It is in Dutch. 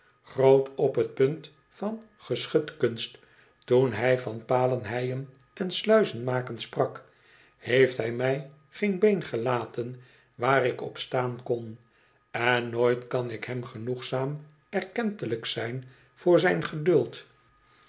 groot op t punt van geschutkunst toen hij van palenheien en sluizenmaken sprak heeft hij mij geen been gelaten waar ik op staan kon en nooit kan ik hem genoegzaam erkentelijk zijn voor zijn geduld